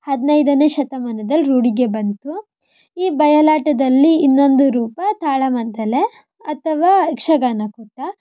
ಹದಿನೈದನೇ ಶತಮಾನದಲ್ಲಿ ರೂಢಿಗೆ ಬಂತು ಈ ಬಯಲಾಟದಲ್ಲಿ ಇನ್ನೊಂದು ರೂಪ ತಾಳಮದ್ದಲೆ ಅಥವಾ ಯಕ್ಷಗಾನ ಕೂಟ